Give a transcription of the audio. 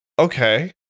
Okay